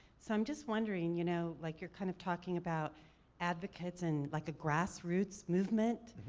so i'm just wondering, you know, like you're kind of talking about advocates and like a grassroots movement,